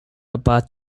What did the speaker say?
about